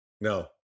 no